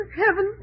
heaven